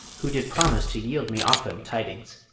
who did promise to yield me often tidings.